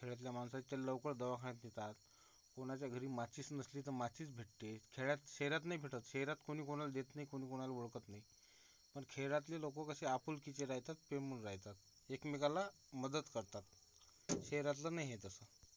खेड्यातलं माणसं इतक्या लवकर दवाखान्यात नेतात कुणाच्या घरी माचिस नसली तर माचिस भेटते खेड्यात शहरात नाही भेटत शहरात कोणी कोणाला देत नाही कोणी कोणाला ओळखत नाही पण खेड्यातली लोकं कशी आपुलकीची राहतात प्रेमळ राहतात एकमेकाला मदत करतात शहरातलं नाही आहे तसं